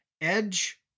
Edge